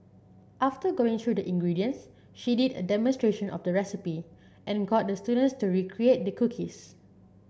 after going through the ingredients she did a demonstration of the recipe and got the students to recreate the cookies